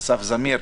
אסף זמיר,